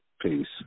Peace